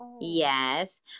yes